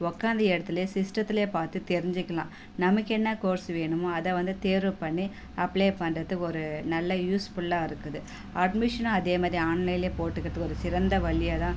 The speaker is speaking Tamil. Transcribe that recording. உட்காந்த இடத்துலையே சிஸ்ட்டத்துலேயே பார்த்து தெரிஞ்சிக்கலாம் நமக்கு என்ன கோர்ஸ் வேணுமோ அதை வந்து தேர்வு பண்ணி அப்ளே பண்ணுறத்துக்கு ஒரு நல்ல யூஸ்ஃபுல்லாக இருக்குது அட்மிஷனா அதே மாதிரி ஆன்லைனனில் போட்டுகறதுக்கு ஒரு சிறந்த வழியாக தான்